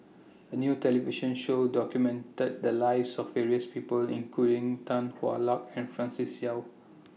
A New television Show documented The Lives of various People including Tan Hwa Luck and Francis Seow